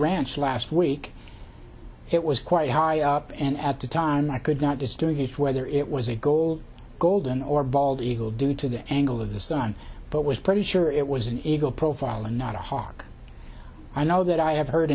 ranch last week it was quite high up and at the time i could not distinguish whether it was a gold golden or bald eagle due to the angle of the sun but was pretty sure it was an eagle profile and not a hawk i know that i have heard